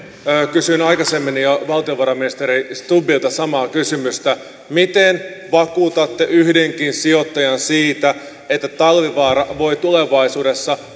kysyin jo aikaisemmin valtiovarainministeri stubbilta samaa kysymystä miten vakuutatte yhdenkin sijoittajan siitä että talvivaara voi tulevaisuudessa